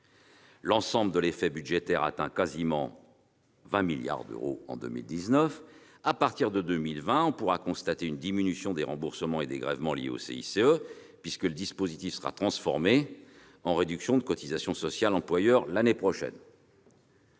L'ensemble de l'effet budgétaire atteint quasiment 20 milliards d'euros en 2019. À partir de 2020, on pourra constater une diminution des remboursements et dégrèvements liés à ce dispositif, puisqu'il sera transformé en réduction de cotisations sociales employeurs l'année prochaine.